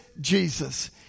Jesus